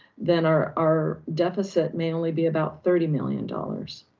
then our our deficit may only be about thirty million dollars.